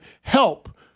help